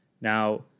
Now